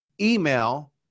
email